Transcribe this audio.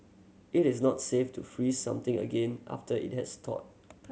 it is not safe to freeze something again after it has thawed